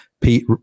Pete